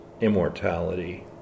immortality